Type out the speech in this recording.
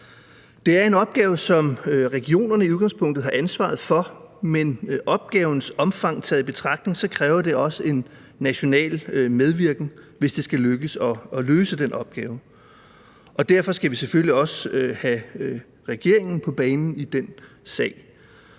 Det er en opgave, som regionerne i udgangspunktet har ansvaret for, men opgavens omfang taget i betragtning kræver det også en national medvirken, hvis det skal lykkes at løse den opgave. Derfor skal vi selvfølgelig også have regeringen på banen i den sag.